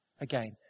Again